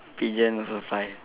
pigeon also fly